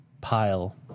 pile